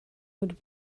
would